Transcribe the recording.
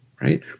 right